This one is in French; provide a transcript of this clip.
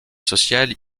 sociale